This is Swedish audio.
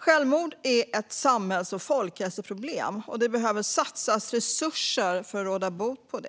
Självmord är ett samhälls och folkhälsoproblem som det behöver satsas resurser på för att råda bot på.